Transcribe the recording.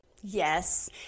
Yes